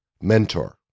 mentor